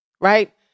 right